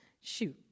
shoot